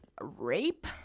Rape